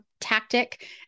tactic